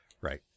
Right